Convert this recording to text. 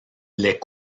les